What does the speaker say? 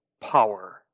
power